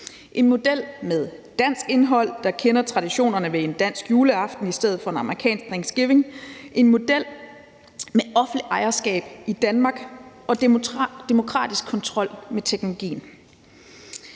en model med dansk indhold, der kender traditionerne ved en dansk juleaften i stedet for en amerikansk thanksgiving, en model med offentligt ejerskab i Danmark og demokratisk kontrol med teknologien.